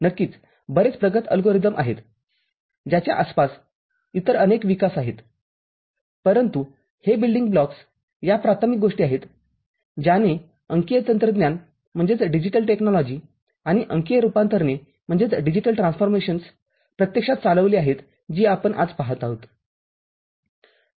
नक्कीच बरेच प्रगत अल्गोरिदम आहेत ज्याच्या आसपास इतर अनेक विकास आहेत परंतु हे बिल्डिंग ब्लॉक्स या प्राथमिक गोष्टी आहेत ज्याने अंकीय तंत्रज्ञान आणि अंकीय रूपांतरणे प्रत्यक्षात चालविली आहेत जी आपण आज पाहत आहोत